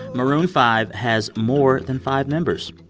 maroon five has more than five members.